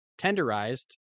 tenderized